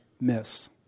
miss